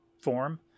form